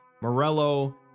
Morello